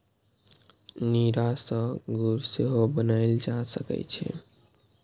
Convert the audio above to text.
नीरा सं गुड़ सेहो बनाएल जा सकै छै